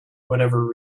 whatever